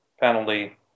penalty